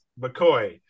McCoy